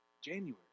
January